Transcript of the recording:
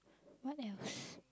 what else